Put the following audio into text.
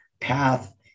path